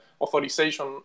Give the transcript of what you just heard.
authorization